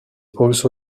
also